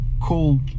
cool